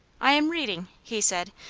i am reading, he said,